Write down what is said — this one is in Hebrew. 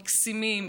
מקסימים,